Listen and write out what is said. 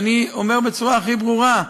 אני אומר בצורה הכי ברורה: